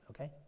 okay